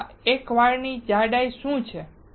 આપણા એક વાળની જાડાઈ શું છે